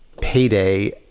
payday